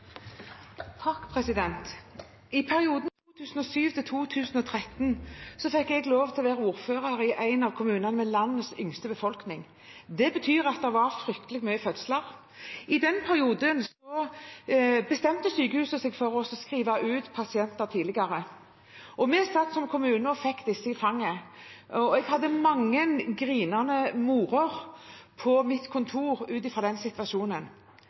til oppfølgingsspørsmål. I perioden 2007–2013 fikk jeg lov til å være ordfører i en av kommunene med landets yngste befolkning, og det betyr at det var fryktelig mange fødsler. I den perioden bestemte sykehuset seg for å skrive ut pasienter tidligere. Vi satt som kommune og fikk disse i fanget, og jeg hadde mange gråtende mødre på mitt kontor ut ifra den situasjonen.